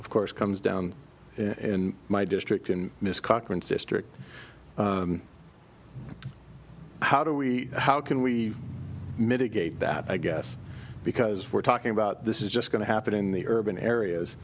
of course comes down in my district and miss cochran's district how do we how can we mitigate that i guess because we're talking about this is just going to happen in the urban areas